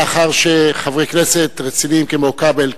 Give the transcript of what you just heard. לאחר שחברי כנסת רציניים כמו כבל,